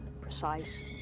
precise